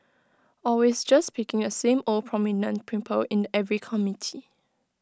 always just picking the same old prominent people in every committee